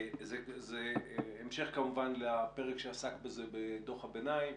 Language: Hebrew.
זה המשך, כמובן, לפרק שעסק בזה בדוח הביניים.